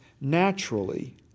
naturally